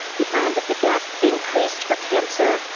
we found that the gap increased for cancer,